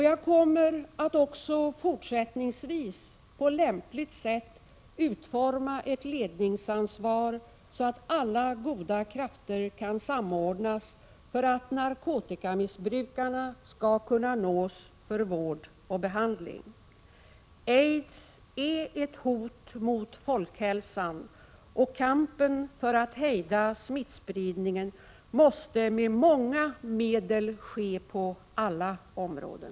Jag kommer också fortsättningsvis att på lämpligt sätt utforma ett ledningsansvar så att alla goda krafter kan samordnas för att narkotikamissbrukarna skall kunna nås för vård och behandling. Aids är ett hot mot folkhälsan, och kampen för att hejda smittspridningen måste ske med många medel på alla områden.